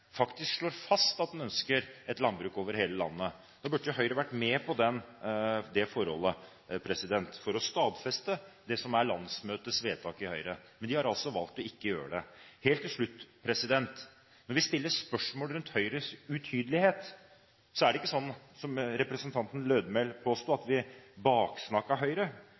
faktisk slår fast at man ønsker et landbruk over hele landet. Da burde Høyre vært med på det forholdet for å stadfeste det som er landsmøtets vedtak i Høyre, men de har altså valgt ikke å gjøre det. Helt til slutt: Når vi stiller spørsmål rundt Høyres utydelighet, er det ikke sånn som representanten Lødemel påsto, at vi baksnakket Høyre,